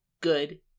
good